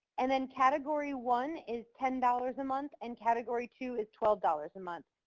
and then category one is ten dollars a month, and category two is twelve dollars a month.